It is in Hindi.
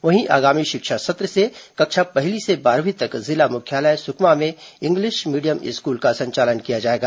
वहीं आगामी शिक्षा सत्र से कक्षा पहली से बारहवीं तक जिला मुख्यालय सुकमा में इंग्लिश मीडियम स्कूल का संचालन होगा